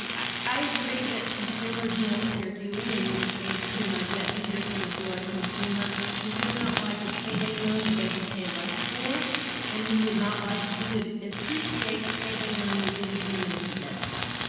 um i agree that consumers know what they're doing in many cases, and i've yet to hear from a florida consumer who would not like a payday loan that they could pay less for and who would not like who would appreciate a payday loan that didn't put them into the debt trap.